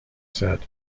said